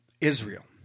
Israel